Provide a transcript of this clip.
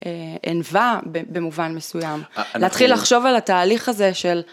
ענווה במובן מסוים. להתחיל לחשוב על התהליך הזה של...